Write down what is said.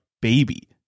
baby